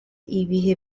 ibihe